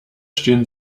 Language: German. stehen